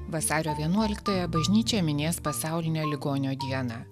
vasario vienuoliktąją bažnyčia minės pasaulinę ligonio dieną